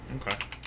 Okay